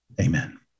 Amen